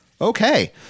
Okay